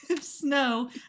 snow